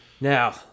Now